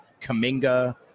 Kaminga